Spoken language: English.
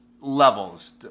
levels